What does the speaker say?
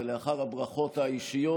ולאחר הברכות האישיות,